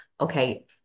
okay